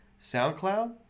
SoundCloud